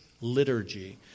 liturgy